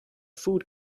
food